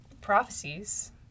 prophecies